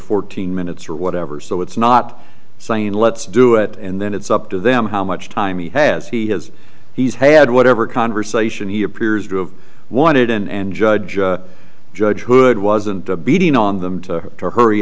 fourteen minutes or whatever so it's not saying let's do it and then it's up to them how much time he has he has he's had whatever conversation he appears to have wanted and judge judge hood wasn't a beating on them to hurry